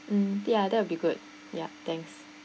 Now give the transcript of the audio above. um the other would be good yup thanks